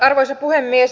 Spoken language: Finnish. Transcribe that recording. arvoisa puhemies